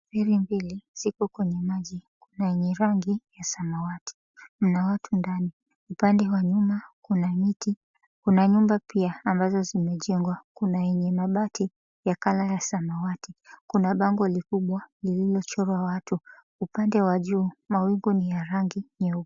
Feri mbili ziko kwenye maji. Kuna yenye rangi ya samawati. Mna watu ndani. Upande wa nyuma kuna miti, kuna nyumba pia ambazo zimejengwa. Kuna yenye mabati ya color ya samawati. Kuna bango likubwa lililochorwa watu. Upande wa juu, mawingu ni ya rangi nyeupe.